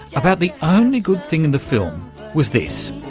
about the only good thing in the film was this,